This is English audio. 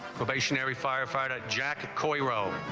stationary firefighter jacket, corey rose